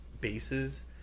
bases